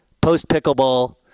Post-pickleball